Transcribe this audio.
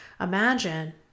Imagine